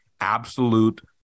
absolute